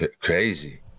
crazy